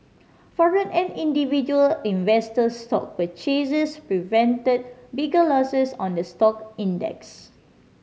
foreign and individual investor stock purchases prevented bigger losses on the stock index